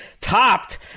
topped